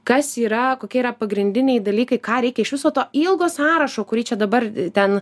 kas yra kokie yra pagrindiniai dalykai ką reikia iš viso to ilgo sąrašo kurį čia dabar ten